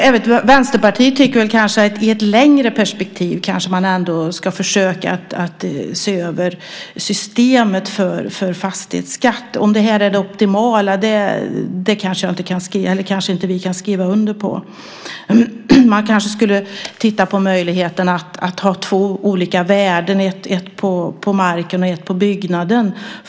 Även Vänsterpartiet tycker att man i ett längre perspektiv kanske ändå ska försöka se över systemet för fastighetsskatt. Vi kanske inte kan skriva under på att detta är det optimala. Man kanske skulle titta på möjligheten att ha två olika värden, ett på marken och ett på byggnaden.